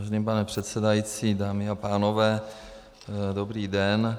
Vážený pane předsedající, dámy a pánové, dobrý den.